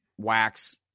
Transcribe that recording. Wax